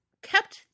kept